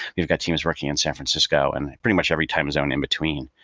we've got teams working on san francisco, and pretty much every time zone in between.